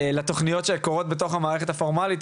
לתכניות שקורות בתוך המערכת הפורמלית,